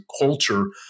culture